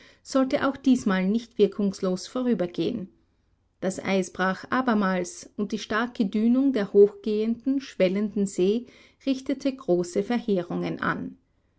sollte auch diesmal nicht wirkungslos vorübergehen das eis brach abermals und die starke dünung der hochgehenden schwellenden see richtete große verheerungen an